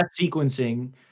sequencing